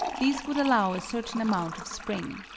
these would allow a certain amount of spring.